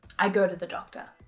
i go to the doctor.